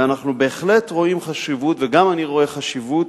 ואנחנו בהחלט רואים חשיבות, וגם אני רואה חשיבות,